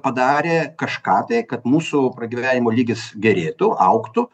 padarė kažką tai kad mūsų pragyvenimo lygis gerėtų augtų